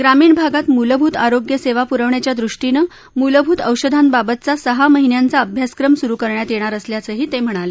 ग्रामीण भागात मुलभूत आरोष्य सेवा पुरवण्याच्या दृष्टीनं मुलभूत औषधांबाबतचा सहा महिन्यांचा अभ्यासक्रम सुरु करण्यात येणार असल्याचंही ते म्हणाले